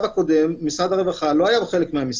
משרד הרווחה לא היה חלק מהמשחק.